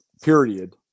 period